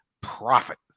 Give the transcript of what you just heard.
profit